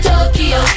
Tokyo